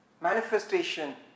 manifestation